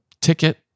ticket